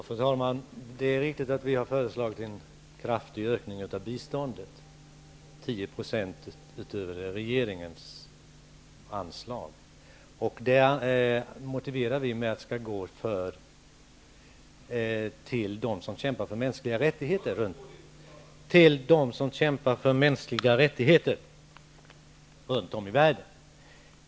Fru talman! Det är riktigt att vi har föreslagit en kraftig ökning av biståndet, 10 % utöver regeringens anslag. Det motiverar vi med att pengarna skall gå till dem som kämpar för mänskliga rättigheter runt om i världen.